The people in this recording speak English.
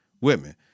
Whitman